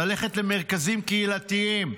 ללכת למרכזים קהילתיים,